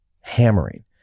hammering